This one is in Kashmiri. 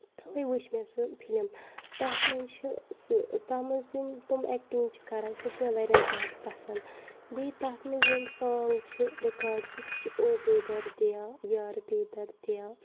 وُچھ مےٚ سۄ فِلِم تَتھ منٛز چھُ سُہ تَتھ منٛز یِم تِم ایٚکٹنگ چھِ کران سُہ چھُ مےٚ واریاہ زیادٕ پَسند بیٚیہِ تَتھ منٛز یِم سانگ چھِ سُہ چھُ او بے دردِیا یار بے دردِیا